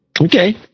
Okay